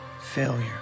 failure